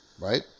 right